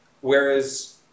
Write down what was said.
Whereas